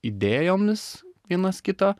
idėjomis vienas kito